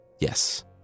Yes